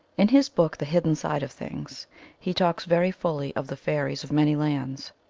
in his book the hidden side of things he talks very fully of the fairies of many lands.